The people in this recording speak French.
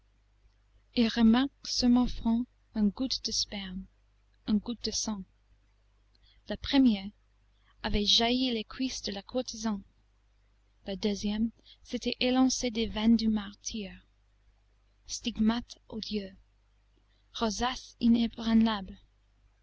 sur mon front une goutte de sperme une goutte de sang la première avait jailli des cuisses de la courtisane la deuxième s'était élancée des veines du martyr stigmates odieux rosaces inébranlables